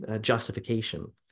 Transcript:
justification